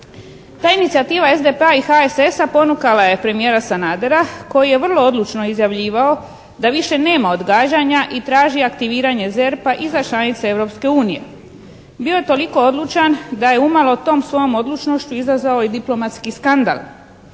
Ta inicijativa SDP-a i HSS-a ponukala je premijera Sanadera koji je vrlo odlučno izjavljivao da više nema odgađanja i traži aktiviranje ZERP-a i za članice Europske unije. Bio je toliko odlučan da je umalo tom svojom odlučnošću izazvao i diplomatski skandal.